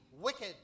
wicked